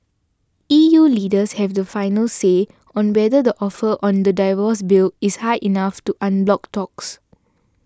E U leaders have the final say on whether the offer on the divorce bill is high enough to unblock talks